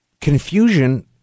Confusion